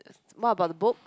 it's more about the book